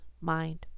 mind